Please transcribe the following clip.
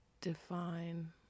Define